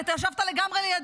כי אתה ישבת לגמרי לידי.